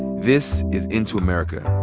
this is into america.